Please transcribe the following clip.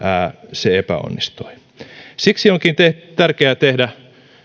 se epäonnistui siksi onkin tärkeää tehdä